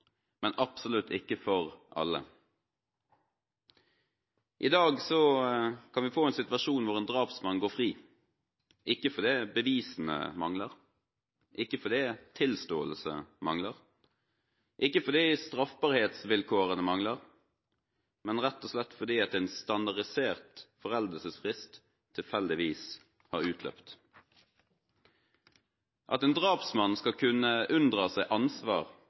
men absolutt ikke for alle. I dag kan vi få en situasjon hvor en drapsmann går fri – ikke fordi bevisene mangler, ikke fordi tilståelse mangler, ikke fordi straffbarhetsvilkårene mangler, men rett og slett fordi en standardisert foreldelsesfrist tilfeldigvis har utløpt. At en drapsmann skal kunne unndra seg ansvar